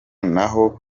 naho